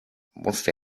musste